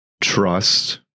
trust